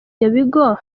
ibigo